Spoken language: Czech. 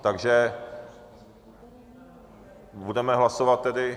Takže budeme hlasovat tedy...